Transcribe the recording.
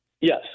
Yes